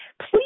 please